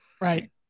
Right